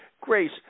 Grace